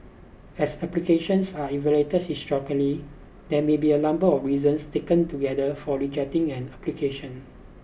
as applications are evaluated holistically there may be a number of reasons taken together for rejecting an application